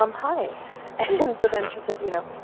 um hi and so then she said, you know,